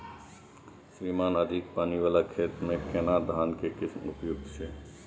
श्रीमान अधिक पानी वाला खेत में केना धान के किस्म उपयुक्त छैय?